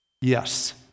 Yes